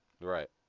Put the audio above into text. right